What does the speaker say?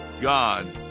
God